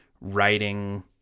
writing